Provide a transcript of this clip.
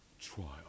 trial